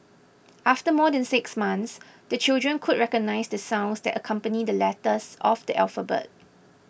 after more than six months the children could recognise the sounds that accompany the letters of the alphabet